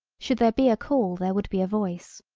should there be a call there would be a voice.